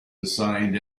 assigned